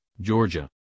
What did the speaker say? Georgia